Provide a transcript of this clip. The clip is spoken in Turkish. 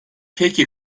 peki